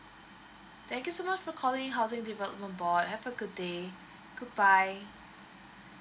thank you so much for calling housing development board have a good day goodbye